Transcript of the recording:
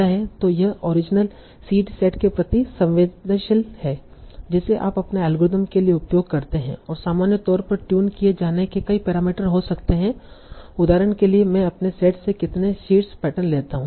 तो यह original seed set के प्रति संवेदनशील है जिसे आप अपने एल्गोरिथ्म के लिए उपयोग करते हैं और सामान्य तौर पर ट्यून किए जाने के कई पैरामीटर हो सकते हैं उदाहरण के लिए मैं अपने सेट से कितने शीर्ष पैटर्न लेता हु